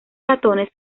ratones